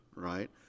Right